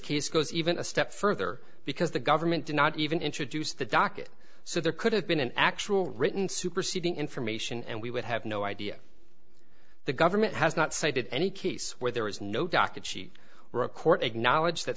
case goes even a step further because the government did not even introduce the docket so there could have been an actual written superseding information and we would have no idea the government has not cited any case where there is no docket she record acknowledge that